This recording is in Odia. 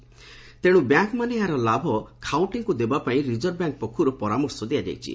ଅତଏବ ବ୍ୟାଙ୍କମାନେ ଏହାର ଲାଭ ଖାଉଟିଙ୍କୁ ଦେବାକୁ ରିଜର୍ଭ ବ୍ୟାଙ୍କ ପକ୍ଷରୁ ପରାମର୍ଶ ଦିଆଯାଇଛି